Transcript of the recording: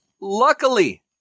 luckily